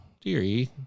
dearie